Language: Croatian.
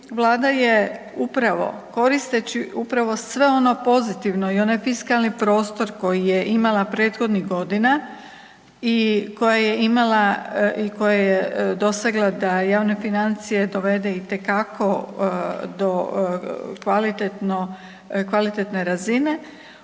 Vlada je upravo koristeći sve ono pozitivno i onaj fiskalni prostor koji je imala prethodnih godina i koja je dosegla da i one financije dovede itekako kvalitetne razine